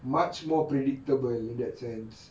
much more predictable in that sense